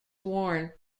worn